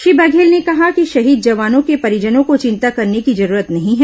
श्री बघेल ने कहा कि शहीद जवानों के परिजनों को चिंता करने की जरूरत नहीं है